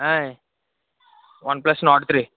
ఆయ్ OnePlus Nord three